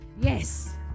Yes